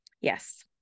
Yes